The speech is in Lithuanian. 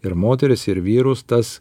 ir moteris ir vyrus tas